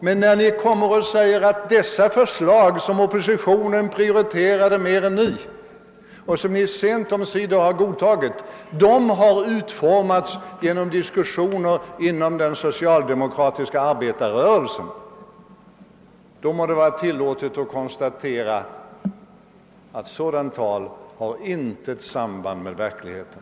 Men när statsministern säger att dessa förslag, som oppositionen prioriterat mer än socialdemokraterna och som dessa sent omsider har godtagit, har utformats genom diskussioner inom den socialdemokratiska arbetarrörelsen, må det vara tillåtet att konstatera att sådant tal inte har något samband med verkligheten.